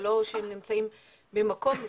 זה לא שהם נמצאים במקום מסוים.